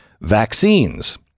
vaccines